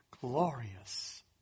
glorious